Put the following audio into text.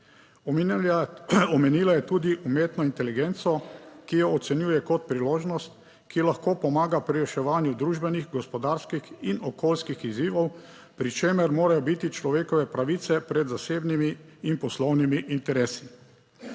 Omenila je tudi umetno inteligenco, ki jo ocenjuje kot priložnost, ki lahko pomaga pri reševanju družbenih, gospodarskih in okoljskih izzivov, pri čemer morajo biti človekove pravice pred zasebnimi in poslovnimi interesi.